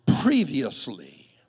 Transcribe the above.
previously